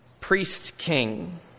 priest-king